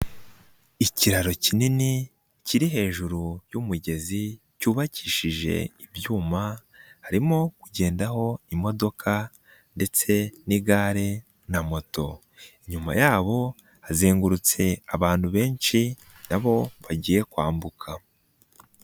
Ikiraro kinini kiri hejuru y'umugezi cyubakishije ibyuma, harimo kugendaho imodoka ndetse n'igare na moto, inyuma yabo hazengurutse abantu benshi n'abo bagiye kwambuka.